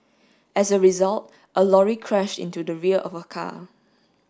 as a result a lorry crashed into the rear of her car